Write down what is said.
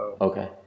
Okay